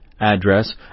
address